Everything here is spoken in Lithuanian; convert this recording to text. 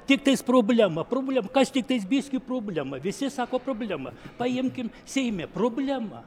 tiktais problema problema kas tiktais biski problema visi sako problema paimkim seime problema